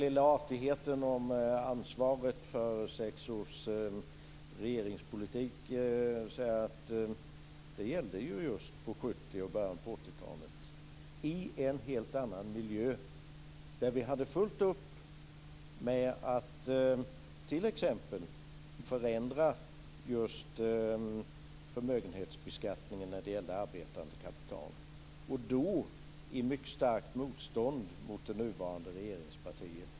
Till den lilla artigheten om ansvaret för sex års regeringspolitik vill jag säga att detta gällde just på 70 och 80-talen i en helt annan miljö där vi hade fullt upp med att t.ex. förändra förmögenhetsbeskattningen för arbetande kapital - och detta under mycket starkt motstånd från det nuvarande regeringspartiet.